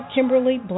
Kimberly